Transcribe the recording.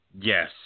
Yes